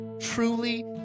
truly